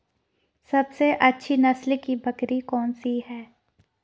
सबसे अच्छी नस्ल की बकरी कौन सी है?